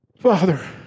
Father